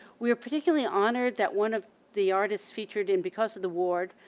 we are particularly honored that one of the artists featured in because of the war,